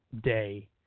day